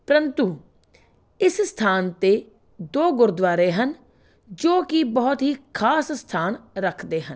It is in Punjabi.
ਪਰੰਤੂ ਇਸ ਸਥਾਨ ਅਤੇ ਦੋ ਗੁਰਦੁਆਰੇ ਹਨ ਜੋ ਕਿ ਬਹੁਤ ਹੀ ਖ਼ਾਸ ਸਥਾਨ ਰੱਖਦੇ ਹਨ